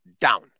down